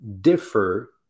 differ